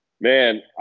man